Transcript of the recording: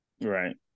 right